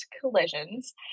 collisions